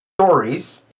stories